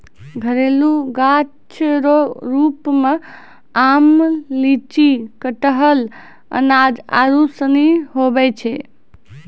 घरेलू गाछ रो रुप मे आम, लीची, कटहल, अनार आरू सनी हुवै छै